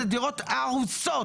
אלה דירות הרוסות,